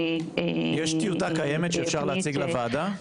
--- יש טיוטה קיימת שאפשר להציג לוועדה?